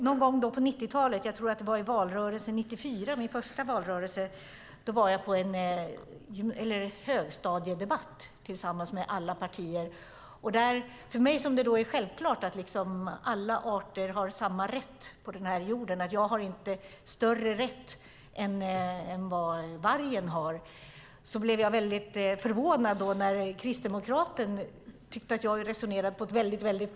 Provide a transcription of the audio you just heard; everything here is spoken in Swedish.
Någon gång på 90-talet - i valrörelsen 1994, min första valrörelse - deltog jag i en högstadiedebatt tillsammans med alla partier. För mig är det självklart att alla arter har samma rätt på den här jorden. Jag har inte större rätt än vad vargen har. Jag blev därför förvånad när kristdemokraten tyckte att jag resonerade på ett konstigt sätt.